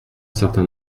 certain